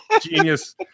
genius